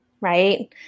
Right